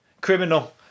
criminal